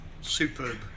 Superb